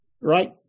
right